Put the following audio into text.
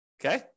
Okay